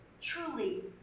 truly